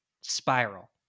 spiral